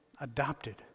adopted